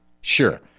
sure